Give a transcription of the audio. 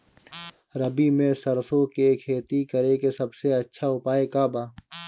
रबी में सरसो के खेती करे के सबसे अच्छा उपाय का बा?